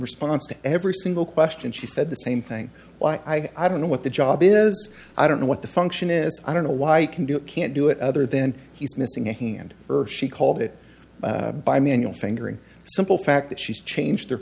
response to every single question she said the same thing why i don't know what the job is i don't know what the function is i don't know why i can do it can't do it other then he's missing and urged she called it by manual fingering simple fact that she's changed he